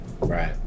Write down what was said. Right